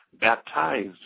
baptized